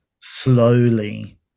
slowly